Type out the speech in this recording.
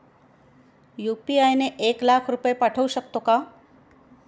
UPI ने एक लाख रुपये पाठवू शकतो का?